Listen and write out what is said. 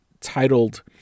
titled